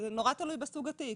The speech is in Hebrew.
זה נורא תלוי בסוג התיק.